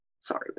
Sorry